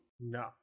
no